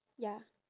ya